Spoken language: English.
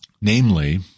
Namely